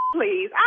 Please